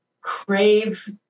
crave